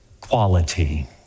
quality